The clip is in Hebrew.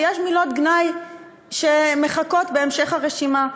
ויש מילות גנאי שמחכות בהמשך הרשימה.